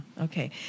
okay